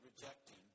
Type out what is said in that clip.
rejecting